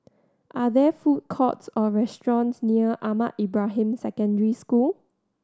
are there food courts or restaurants near Ahmad Ibrahim Secondary School